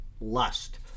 lust